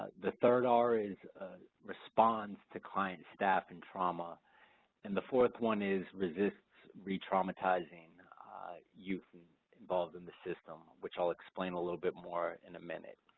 ah the third r is responds to client staff in trauma and the fourth one is resists retraumatizing youth involved in the system, which i'll explain a little bit more in a minute.